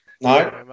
No